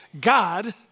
God